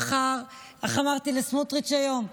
איך אמרתי לסמוטריץ' היום?